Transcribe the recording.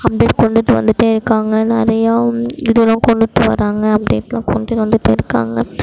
update கொண்டுட்டு வந்துகிட்டே இருக்காங்க நிறையா இதெலாம் கொண்டுட்டு வராங்க அப்டேட்யெலாம் கொண்டுட்டு வந்துகிட்டு இருக்காங்க